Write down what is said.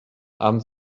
haben